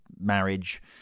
marriage